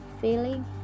feeling